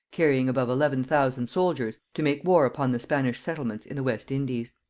carrying above eleven thousand soldiers, to make war upon the spanish settlements in the west indies.